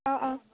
অঁ অঁ